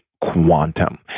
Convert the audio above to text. Quantum